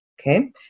okay